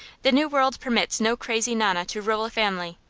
the new world permits no crazy nonna to rule a family.